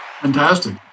Fantastic